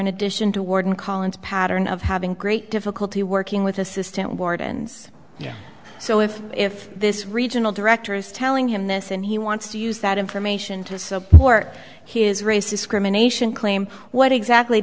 in addition to warden collins pattern of having great difficulty working with assistant wardens yeah so if if this regional director is telling him this and he wants to use that information to support his race discrimination claim what exactly